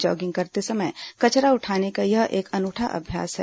jogging करते समय कचरा उठाने का यह एक अनूठा अभ्यास है